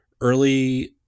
early